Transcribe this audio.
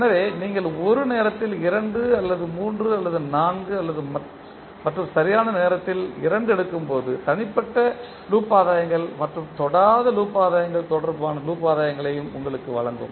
எனவே நீங்கள் ஒரு நேரத்தில் இரண்டு அல்லது மூன்று அல்லது நான்கு மற்றும் சரியான நேரத்தில் இரண்டு எடுக்கும்போது தனிப்பட்ட ஆதாயங்கள் மற்றும் தொடாத ஆதாயங்கள் தொடர்பான ஆதாயங்களையும் உங்களுக்கு வழங்கும்